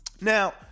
Now